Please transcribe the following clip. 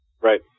right